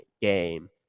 game